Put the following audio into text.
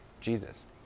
Jesus